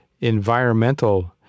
environmental